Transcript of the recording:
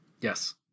Yes